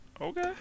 Okay